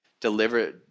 deliver